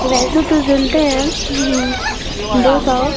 तो वैसे तो सिलते हैं दो सौ